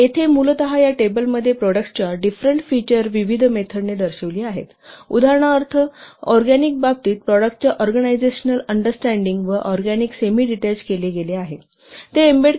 येथे मूलत या टेबलमध्ये प्रॉडक्टच्या डिफरेंट फिचर विविध मेथड ने दर्शविली आहेत उदाहरणार्थ ऑरगॅनिक बाबतीत प्रॉडक्टच्या ऑर्गनायझेशनल अंडरस्टँडिंग व ऑरगॅनिक सेमीडीटेच केले गेले आहे आणि ते एम्बेडेड आहे